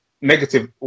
negative